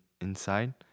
inside